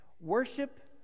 worship